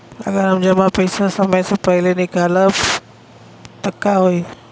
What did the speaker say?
अगर हम जमा पैसा समय से पहिले निकालब त का होई?